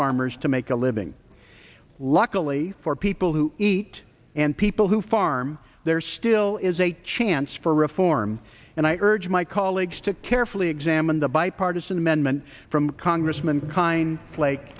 farmers to make a living luckily for people who eat and people who farm there still is a chance for reform and i urge my colleagues to carefully examine the bipartisan amendment from congressman kind like